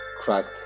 cracked